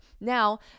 Now